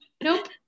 Nope